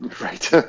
Right